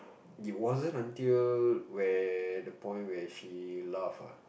it wasn't until where the point where she laugh ah